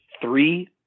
three